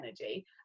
energy